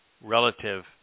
relative